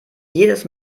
jedes